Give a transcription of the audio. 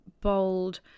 bold